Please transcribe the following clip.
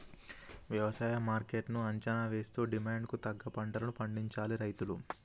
వ్యవసాయ మార్కెట్ ను అంచనా వేస్తూ డిమాండ్ కు తగ్గ పంటలను పండించాలి రైతులు